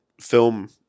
film